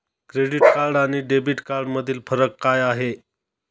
Credit card आणि debit कार्डमधील फरक काय आहे?